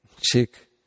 chick